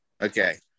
okay